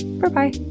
bye-bye